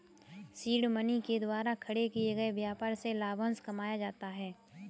seed money के द्वारा खड़े किए गए व्यापार से लाभांश कमाया जाता है